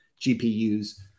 GPUs